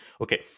Okay